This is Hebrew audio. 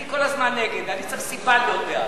אני כל הזמן נגד, אני צריך סיבה להיות בעד.